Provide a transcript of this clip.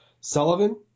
Sullivan